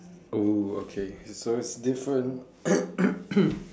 oh okay so it's different